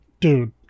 Dude